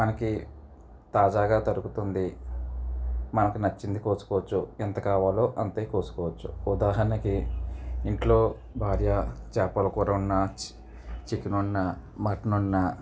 మనకి తాజాగా తరుకుతుంది మనకు నచ్చింది కోసుకోవచ్చు ఎంత కావాలో అంతే కోసుకోవచ్చు ఉదాహరణకి ఇంట్లో భార్య చేపల కూర వండినా చికెన్ వండినా మటన్ వండినా